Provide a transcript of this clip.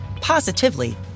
positively